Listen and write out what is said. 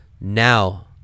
Now